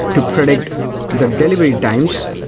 to predict the delivery times,